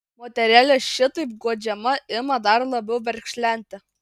moterėlė šitaip guodžiama ima dar labiau verkšlenti